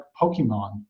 Pokemon